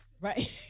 Right